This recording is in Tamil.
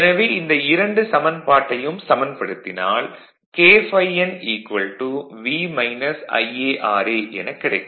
எனவே இந்த இரண்டு சமன்பாட்டையும் சமன்படுத்தினால் K ∅ n V Ia ra எனக் கிடைக்கும்